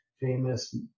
Famous